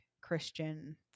Christian